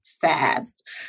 fast